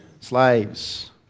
Slaves